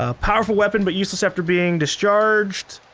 ah powerful weapon, but useless after being discharged.